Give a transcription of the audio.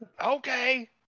Okay